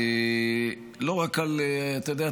אתה יודע,